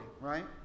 right